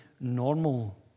normal